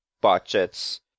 budgets